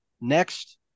next